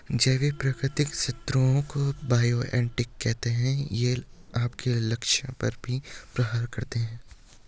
जैविक प्राकृतिक शत्रुओं को बायो एजेंट कहते है ये अपने लक्ष्य पर ही प्रहार करते है